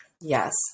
Yes